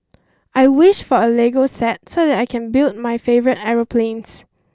I wished for a lego set so that I can build my favourite aeroplanes